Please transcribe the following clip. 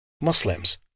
Muslims